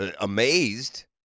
amazed